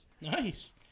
Nice